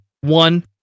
one